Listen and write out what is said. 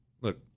Look